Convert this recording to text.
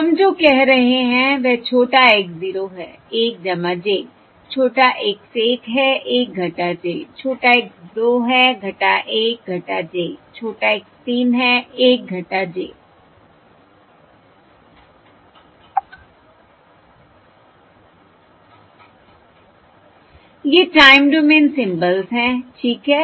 तो हम जो कह रहे हैं वह छोटा x 0 है 1 j छोटा x 1 है 1 j छोटा x 2 है 1 j छोटा x 3 है 1 j ये टाइम डोमेन सिंबल्स हैं ठीक है